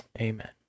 Amen